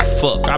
fuck